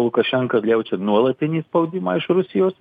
lukašenka jaučia nuolatinį spaudimą iš rusijos